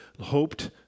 hoped